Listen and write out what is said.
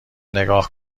نگاه